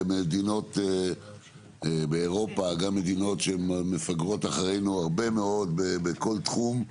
במדינות באירופה גם מדינות שהן מפגרות אחרינו הרבה מאוד בכל תחום,